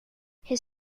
his